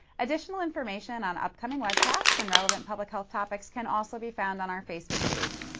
additional information on upcoming webcasts and relevant public health topics can also be found on our facebook page.